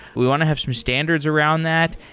we want to have some standards around that.